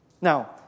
Now